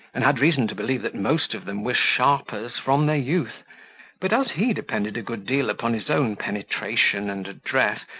and had reason to believe that most of them were sharpers from their youth but, as he depended a good deal upon his own penetration and address,